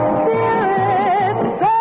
spirit